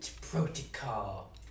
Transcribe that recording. protocol